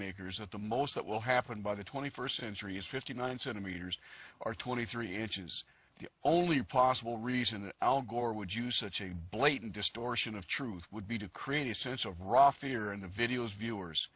policymakers at the most that will happen by the twenty first century is fifty nine centimeters or twenty three inches the only possible reason al gore would use such a blatant distortion of truth would be to create a sense of raw fear in the videos viewers